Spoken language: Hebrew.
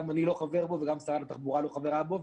אני לא חבר בו וגם שרת התחבורה לא חברה בו,